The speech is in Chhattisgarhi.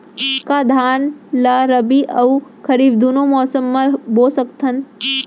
का धान ला रबि अऊ खरीफ दूनो मौसम मा बो सकत हन?